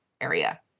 area